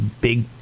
big